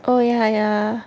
oh yeah yeah